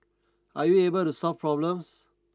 are you able to solve problems